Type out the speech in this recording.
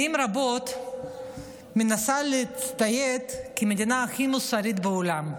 שנים רבות מנסה להצטייר כמדינה הכי מוסרית בעולם.